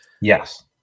Yes